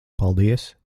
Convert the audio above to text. paldies